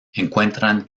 encuentran